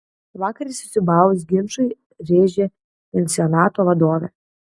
vakar įsisiūbavus ginčui rėžė pensionato vadovė